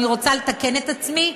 אני רוצה לתקן את עצמי,